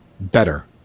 better